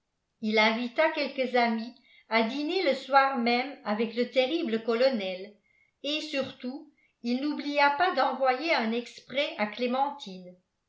il invita quelques amis à dîner le soir même avec le terrible colonel et surtout il n'oublia pas d'envoyer un exprès à clémentine